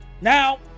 Now